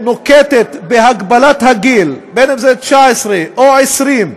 שנוקטת הגבלת גיל, בין אם זה 19 או 20,